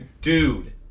dude